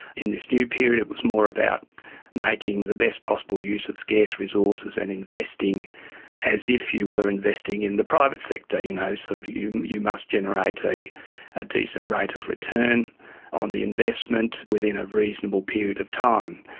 in this new period it was more about making the best possible use of scarce resources and investing as if you were investing in the private sector, you know, sort of you you must generate a ah decent rate of return on the investment within a reasonable period of time.